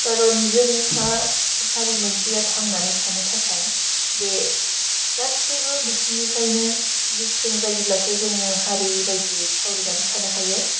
खारन जोंहा हारि मोनसेआ थांनानै थानो थाखाय बे गासैबो बिथिंनिफ्रायनो गोख्रो जायोब्लाबो जोङो हारि बायदियै थावरिनानै थानो हायो